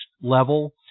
level